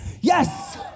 Yes